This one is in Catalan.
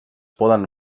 poden